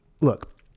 look